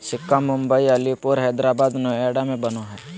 सिक्का मुम्बई, अलीपुर, हैदराबाद, नोएडा में बनो हइ